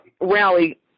Rally